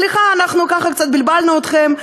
סליחה, אנחנו קצת בלבלנו אתכם.